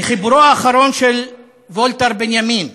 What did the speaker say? בחיבורו האחרון של ולטר בנימין,